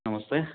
ನಮಸ್ತೆ